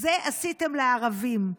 את זה עשיתם לערבים.